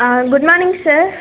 ah good morning sir